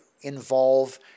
involve